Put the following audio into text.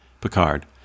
Picard